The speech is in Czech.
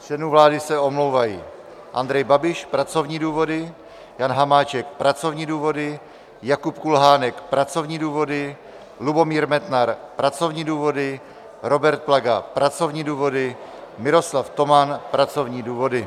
Z členů vlády se omlouvají: Andrej Babiš pracovní důvody, Jan Hamáček pracovní důvody, Jakub Kulhánek pracovní důvody, Lubomír Metnar pracovní důvody, Robert Plaga pracovní důvody, Miroslav Toman pracovní důvody.